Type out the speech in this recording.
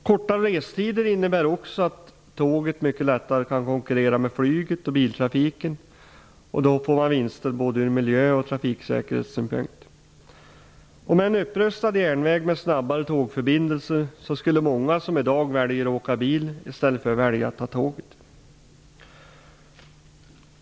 Kortare restider innebär också att tåget mycket lättare kan konkurrera med flyget och biltrafiken. Då får man vinster både från miljö och trafiksäkerhetssynpunkt. Med en upprustad järnväg med snabbare tågförbindelse skulle många som i dag väljer att åka bil i stället välja att ta tåget.